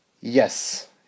Yes